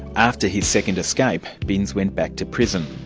after his second escape, binse went back to prison.